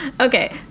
Okay